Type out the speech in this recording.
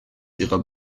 ihrer